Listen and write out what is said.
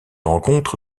rencontre